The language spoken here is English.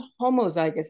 homozygous